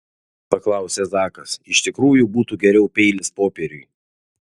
paklausė zakas iš tikrųjų būtų geriau peilis popieriui